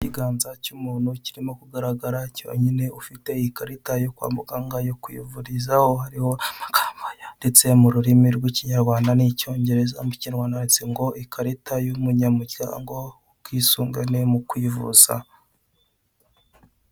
Ikiganza cy'umuntu kirimo kugaragara cyonyine ufite ikarita yo kwa muganga yo kwivurizaho, hariho amagambo yanditse mu rurimi rw'ikinyarwanda n'icyongereza. Mu kinyarwanda handitse ngo, "ikarita y'umunyamuryango, ubwisungane mu kwivuza".